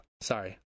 sorry